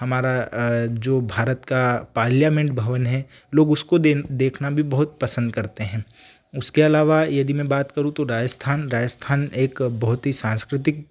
हमारा जो भारत का पार्लियामेंट भवन है लोग उसको देखना भी बहुत पसंद करते हैं उसके अलावा यदि मैं बात करूँ तो राजस्थान राजस्थान एक बहुत ही सांस्कृतिक